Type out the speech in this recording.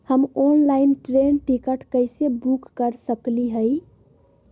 हम online train ticket कैसे book कर सकली हई?